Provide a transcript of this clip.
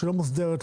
שלא מוסדרת,